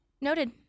noted